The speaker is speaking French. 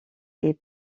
est